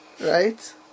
Right